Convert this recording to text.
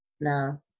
No